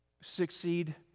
succeed